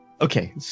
Okay